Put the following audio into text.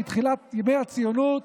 מתחילת ימי הציונות,